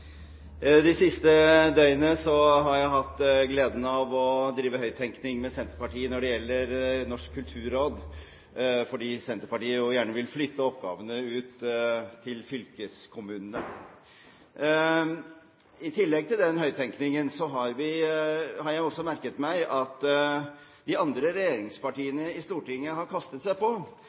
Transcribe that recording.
siste døgnet har jeg hatt gleden av å drive høyttenkning med Senterpartiet når det gjelder Norsk kulturråd, fordi Senterpartiet jo gjerne vil flytte oppgavene ut til fylkeskommunene. I tillegg til den høyttenkningen har jeg også merket meg at de andre regjeringspartiene i Stortinget har kastet seg på